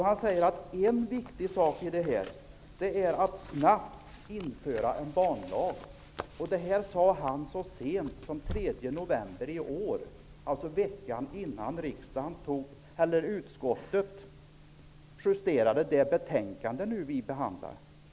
Han säger: En viktig sak i detta är att snabbt införa en banlag. Detta sade han så sent som den 3 november i år, dvs. veckan innan utskottet justerade det betänkande vi nu behandlar.